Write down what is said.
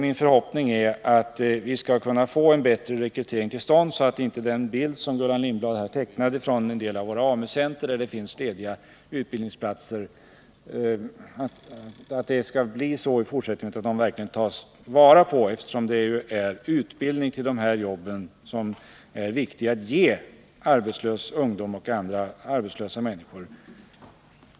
Min förhoppning är att vi skall kunna få en bättre rekrytering till stånd, så att inte den bild som Gullan Lindblad tecknade från en del av våra AMU-centrer, med lediga utbildningsplatser, skall vara riktig även i fortsättningen utan att platserna verkligen tas till vara, eftersom det är viktigt att ge arbetslös ungdom och andra arbetslösa människor utbildning till de här jobben.